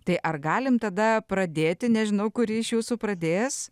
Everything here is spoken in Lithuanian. tai ar galim tada pradėti nežinau kuri iš jūsų pradės